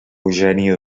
eugènia